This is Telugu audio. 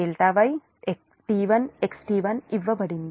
T1 XT1 ఇవ్వబడింది